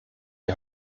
die